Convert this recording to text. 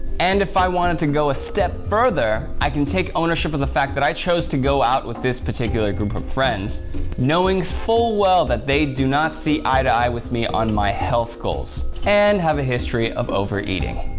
and if i wanted to go a step further, i can take ownership of the fact that i chose to go out with this particular group of friends knowing full-well that they do not see eye-to-eye with me on my health goals, and have a history of overeating.